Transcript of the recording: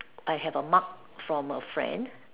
I have a mug from a friend